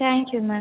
thank you ma'am